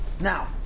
Now